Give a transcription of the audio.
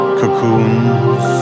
cocoons